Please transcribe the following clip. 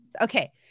Okay